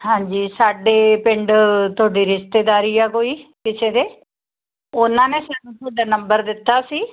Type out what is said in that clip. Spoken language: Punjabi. ਹਾਂਜੀ ਸਾਡੇ ਪਿੰਡ ਤੁਹਾਡੇ ਰਿਸ਼ਤੇਦਾਰੀ ਆ ਕੋਈ ਕਿਸੇ ਦੇ ਉਹਨਾਂ ਨੇ ਸਾਨੂੰ ਤੁਹਾਡਾ ਨੰਬਰ ਦਿੱਤਾ ਸੀ